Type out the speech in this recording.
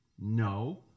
No